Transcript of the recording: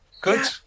Good